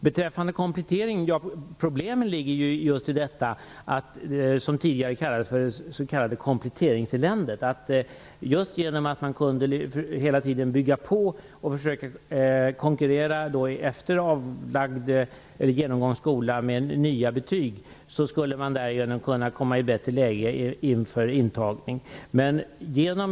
När det gäller kompletteringsfrågan är problemet just det som vi tidigare kallat kompletteringseländet, dvs. att man efter genomgången skola kunde bygga på sina betyg och komma i ett bättre läge vid antagning till högskolan.